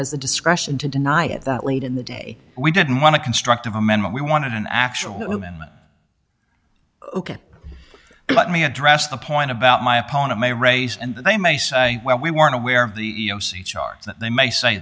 has the discretion to deny it that late in the day we didn't want to constructive amendment we wanted an actual let me address the point about my opponent may raise and they may say well we weren't aware of the e e o c charts that they may say